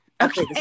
Okay